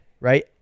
Right